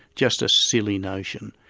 just a silly notion,